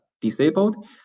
disabled